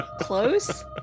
Close